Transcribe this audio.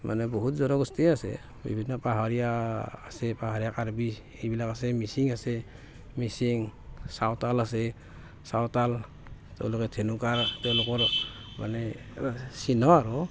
মানে বহুত জনগোষ্ঠীয়ে আছে বিভিন্ন পাহাৰীয়া আছে পাহাৰীয়া কাৰ্বি এইবিলাক আছে মিচিং আছে মিচিং চাউতাল আছে চাউতাল তেওঁলোকে ধেনু কাড় তেওঁলোকৰ মানে চিহ্ন আৰু